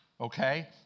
okay